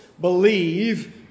believe